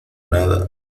nada